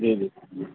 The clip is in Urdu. جی جی